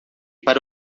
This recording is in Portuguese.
para